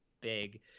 big